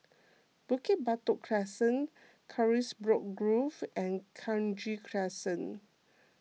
Bukit Batok Crescent Carisbrooke Grove and Kranji Crescent